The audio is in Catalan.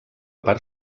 part